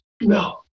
No